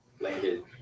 Landed